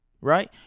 Right